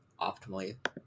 optimally